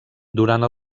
durant